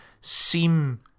seem